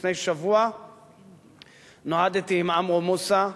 לפני שבוע נועדתי עם עמרו מוסא,